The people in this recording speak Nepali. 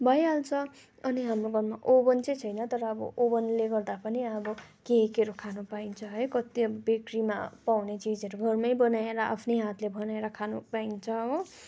भइहाल्छ अनि हाम्रो घरमा ओभन चाहिँ छैन तर अब ओभनले गर्दा पनि अब केकहरू खान पाइन्छ है कति अब बेकरीमा पाउने चिजहरू घरमै बनाएर आफ्नै हातले बनाएर खानु पाइन्छ हो